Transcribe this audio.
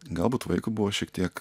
galbūt vaikui buvo šiek tiek